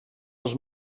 els